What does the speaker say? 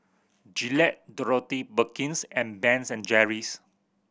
Gillette Dorothy Perkins and Ben's and Jerry's